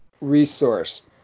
resource